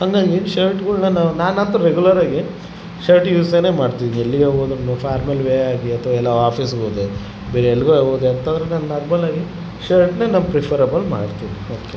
ಹಂಗಾಗಿ ಶರ್ಟ್ಗಳ್ನ ನಾವು ನಾನಂತು ರೆಗುಲರಾಗಿ ಶರ್ಟ್ ಯೂಸೇನೆ ಮಾಡ್ತೀನಿ ಎಲ್ಲಿಗೇ ಹೋದ್ರು ಫಾರ್ಮಲ್ ವೇ ಆಗಿ ಅಥ್ವ ಎಲ್ಲೋ ಆಫೀಸ್ ಹೋದೆ ಬೇರೆ ಎಲ್ಗೋ ಹೊದೆಯಂಥ ಅವ್ರು ನನ್ನ ನಾರ್ಮಲಾಗಿ ಶರ್ಟ್ನೇ ನಮ್ಮ ಪ್ರಿಫರೆಬಲ್ ಮಾಡ್ತೀನಿ ಓಕೆ